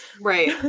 right